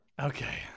Okay